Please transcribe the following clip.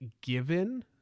given